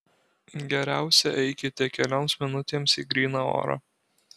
geriausia eikite kelioms minutėms į gryną orą